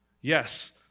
yes